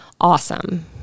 awesome